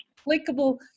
applicable